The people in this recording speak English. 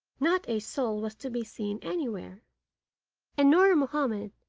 not a soul was to be seen anywhere and nur mahomed,